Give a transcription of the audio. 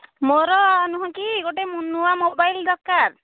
ମୋର ନୁହେଁ କି ଗୋଟିଏ ନୂଆ ମୋବାଇଲ ଦରକାର